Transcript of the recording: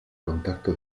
contacto